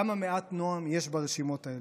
כמה מעט נועם יש ברשימות האלה.